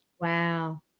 Wow